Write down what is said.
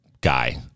guy